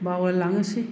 बावलाय लाङोसो